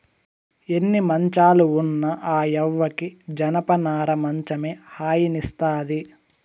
ఎన్ని మంచాలు ఉన్న ఆ యవ్వకి జనపనార మంచమే హాయినిస్తాది